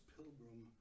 Pilgrim